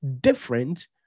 different